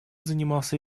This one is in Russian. занимался